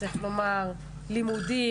לימודים,